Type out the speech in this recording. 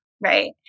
right